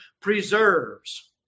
preserves